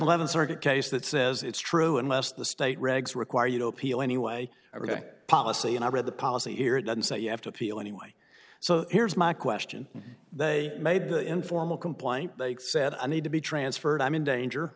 eleven circuit case that says it's true unless the state regs require you to appeal anyway every day policy and i read the policy here it doesn't say you have to appeal anyway so here's my question they made the informal complaint they said i need to be transferred i'm in danger